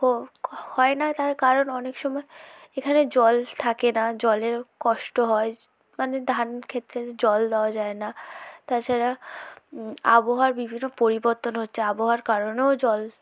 হো হয় না তার কারণ অনেক সময় এখানে জল থাকে না জলের কষ্ট হয় মানে ধান ক্ষেতে জল দেওয়া যায় না তাছাড়া আবহাওয়ার বিভিন্ন পরিবর্তন হচ্ছে আবহাওয়ার কারণেও জল